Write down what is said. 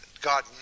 God